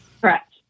Correct